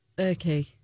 okay